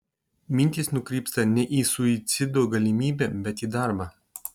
mintys nukrypsta ne į suicido galimybę bet į darbą